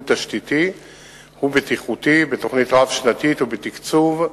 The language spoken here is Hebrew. תשתיתי ובטיחותי בתוכנית רב-שנתית ובתקצוב של,